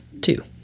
Two